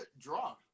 draw